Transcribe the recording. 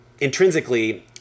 Intrinsically